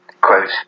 quote